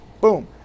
boom